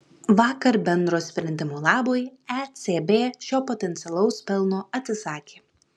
vakar bendro sprendimo labui ecb šio potencialaus pelno atsisakė